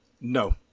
no